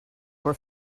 were